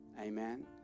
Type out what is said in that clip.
Amen